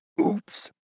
oops